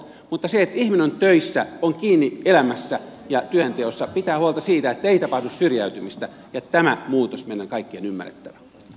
mutta se että ihminen on töissä on kiinni elämässä ja työnteossa pitää huolta siitä että ei tapahdu syrjäytymistä ja tämä muutos meidän kaikkien on ymmärrettävä